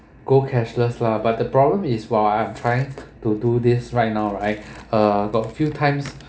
go cashless lah but the problem is while I'm trying to do this right now right uh got a few times